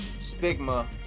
stigma